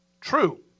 true